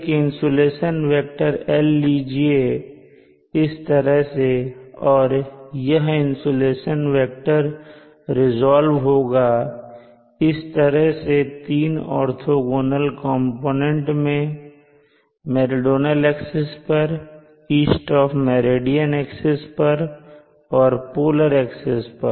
एक insulation vector L लीजिए इस तरह से और यह इंसुलेशन वेक्टर रीज़ाल्व्ड होगा इस तरह से 3 ऑर्थोंगोनल कंपोनेंट में मेरीडोनल एक्सिस पर ईस्ट ऑफ मेरिडियन एक्सिस पर और पोलर एक्सिस पर